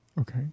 Okay